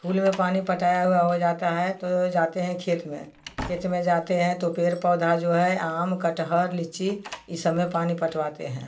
फूल में पानी पटाया हुआ हो जाता है तो जाते हैं खेत में खेत में जाते हैं तो पेड़ पौधा जो है आम कटहर लीची ये सब में पानी पटवाते हैं